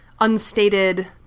unstated